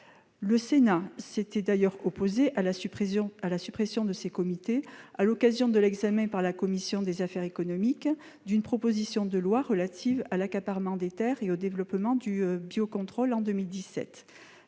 à la suppression à la suppression de ces comités à l'occasion de l'examen par la commission des affaires économiques d'une proposition de loi relative à l'accaparement des terres et au développement du biocontrôle, en 2017.